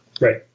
Right